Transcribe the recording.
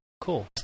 Cool